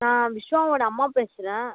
நான் விஷ்வாவோடய அம்மா பேசுகிறேன்